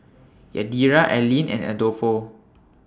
Yadira Allean and Adolfo